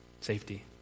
Safety